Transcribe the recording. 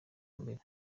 mbere